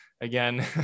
again